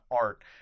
art